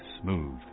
smooth